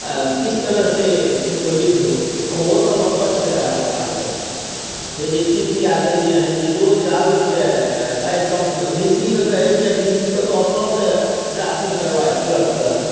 इस तरह से इनको लिख दो ओहो सब अकच्छ रहै हमरासँ कहै जे की पिआ देलियै हँ जे ई रोज आबै छै आइ वाइस चांसलर वी सी के कहै छै वी सी कतौ अपनासँ ड्राफ़्टिंग करा क्लर्कके